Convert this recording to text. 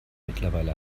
mittlerweile